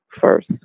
first